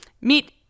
meet